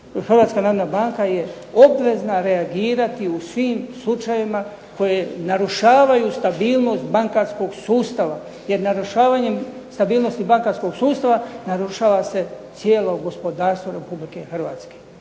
Hrvatska narodna banka je obvezna reagirati u svim slučajevima koji narušavaju stabilnost bankarskog sustava jer narušavanjem stabilnosti bankarskog sustava narušava se cijelo gospodarstvo Republike Hrvatske.